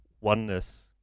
oneness